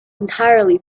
entirely